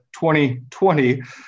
2020